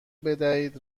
بدهید